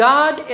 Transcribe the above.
God